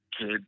kid